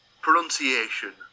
pronunciation